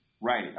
right